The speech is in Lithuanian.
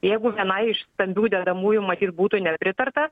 jeigu vienai iš stambių dedamųjų matyt būtų nepritarta